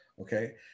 okay